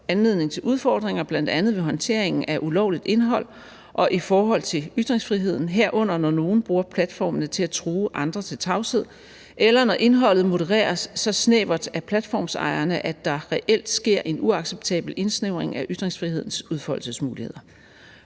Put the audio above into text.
anledning til udfordringer, bl.a. ved håndteringen af ulovligt indhold og i forhold til ytringsfriheden, herunder når nogle bruger platformene til at true andre til tavshed, eller når indholdet modereres så snævert af platformsejerne, at der reelt sker en uacceptabel indsnævring af ytringsfrihedens udfoldelsesmuligheder.